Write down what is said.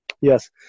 Yes